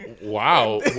Wow